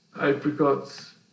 apricots